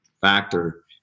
factor